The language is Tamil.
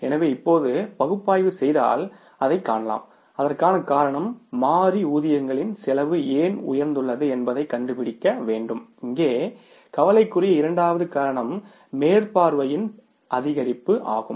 எனவே இப்போது பகுப்பாய்வு செய்தால் அதைக் காணலாம் அதற்கான காரணம் மாறி ஊதியங்களின் செலவு ஏன் உயர்ந்துள்ளது என்பதைக் கண்டுபிடிக்க வேண்டும் இங்கே கவலைக்குரிய இரண்டாவது காரணம் மேற்பார்வை செலவின் அதிகரிப்பு ஆகும்